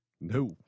no